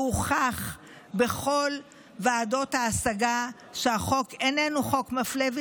והוכח בכל ועדות ההשגה שהחוק איננו חוק מפלה,